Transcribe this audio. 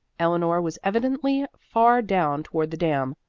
eleanor was evidently far down toward the dam,